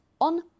on